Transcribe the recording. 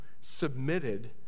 submitted